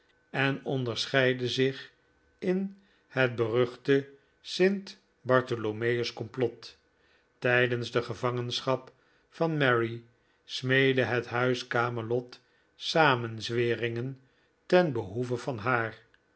en onderscheidde zich in het beruchte st bartholomeus complot tijdens de gevangenschap van mary smeedde het huis camelot samenzweringen ten behoeve van haar